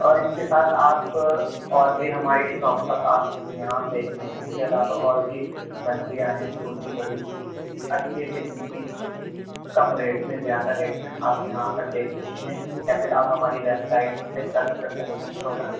اور اس کے ساتھ آپ اور بھی ہماری شاپ پر آ سکتی ہیں آپ دیکھنے اس کے علاوہ اور بھی مچھلیاں ہیں چھوٹی بڑی اچھی قسم کی کم ریٹ میں زیادہ ریٹ میں آپ یہاں آ کر دیکھ سکتی ہیں یا پھر آپ ہماری ویبسائٹ پہ سرچ کر سکتی ہیں پروڈکٹ